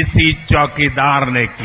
इसी चौकीदार ने किया